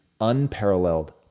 unparalleled